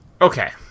Okay